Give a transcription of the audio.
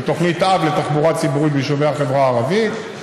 עם תוכנית אב לתחבורה ציבורית ביישובי החברה הערבית,